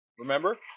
Remember